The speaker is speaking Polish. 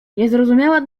niezrozumiała